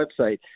website